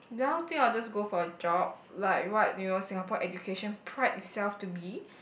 now I think I'll just go for a job like right you know Singapore education pride itself to be